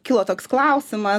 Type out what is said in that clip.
kilo toks klausimas